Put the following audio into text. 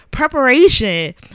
Preparation